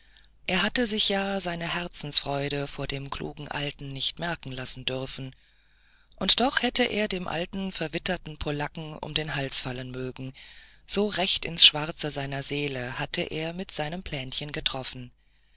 er hatte sich ja seine herzensfreude vor dem klugen alten nicht merken lassen dürfen und doch hätte er dem alten verwitterten polacken um den hals fallen mögen so recht ins schwarze seiner seele hatte er mit seinen plänchen getroffen